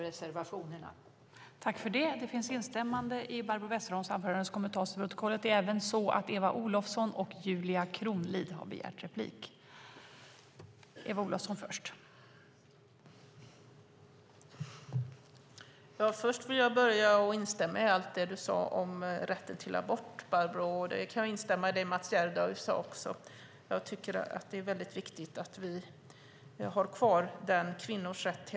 I detta anförande instämde Anna Steele .